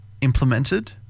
implemented